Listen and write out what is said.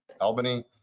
Albany